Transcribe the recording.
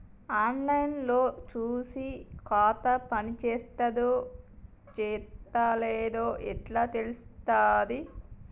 On line లో చూసి ఖాతా పనిచేత్తందో చేత్తలేదో ఎట్లా తెలుత్తది?